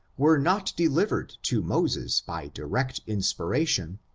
were not delivered to moses by di rect inspiration,